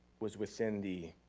was within the,